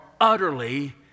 utterly